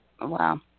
Wow